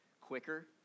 quicker